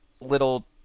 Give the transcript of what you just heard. little